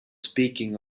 speaking